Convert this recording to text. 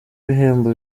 ibihembo